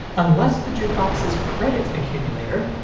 unless the jukebox's credit accumulator,